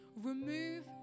Remove